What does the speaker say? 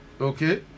Okay